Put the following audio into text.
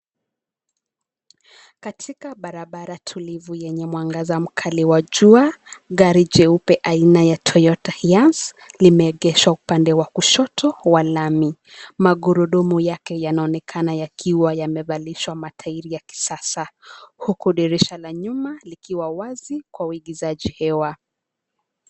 Katika barabara tulivu yenye mwangaza wa jua, gari jeupe aina ya Toyota Hiace limeegeshwa upande wa kushoto wa lami. Magurudumu yake yanaonekana yakiwa yamevalishwa matairi ya kisasa huku dirisha la nyuma likiwa wazi kwa uingizaji hewa.